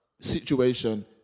situation